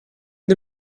the